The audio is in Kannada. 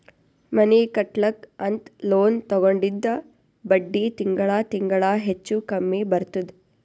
ಮನಿ ಕಟ್ಲಕ್ ಅಂತ್ ಲೋನ್ ತಗೊಂಡಿದ್ದ ಬಡ್ಡಿ ತಿಂಗಳಾ ತಿಂಗಳಾ ಹೆಚ್ಚು ಕಮ್ಮಿ ಬರ್ತುದ್